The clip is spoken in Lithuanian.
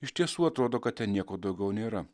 iš tiesų atrodo kad ten nieko daugiau nėra